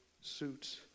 suits